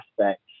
aspects